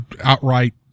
outright